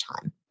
time